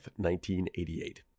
1988